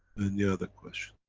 any other question?